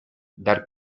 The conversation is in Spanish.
dar